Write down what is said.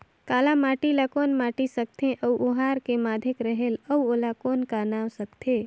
काला माटी ला कौन माटी सकथे अउ ओहार के माधेक रेहेल अउ ओला कौन का नाव सकथे?